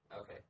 Okay